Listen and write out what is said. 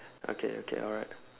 okay okay alright